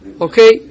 Okay